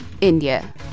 India